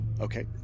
okay